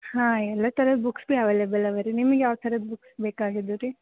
ಹಾಂ ಎಲ್ಲ ಥರದ ಬುಕ್ಸ್ ಬಿ ಅವೈಲೆಬಲ್ ಇವೆ ರೀ ನಿಮಗೆ ಯಾವ ಥರದ ಬುಕ್ಸ್ ಬೇಕಾಗಿದ್ದವು ರೀ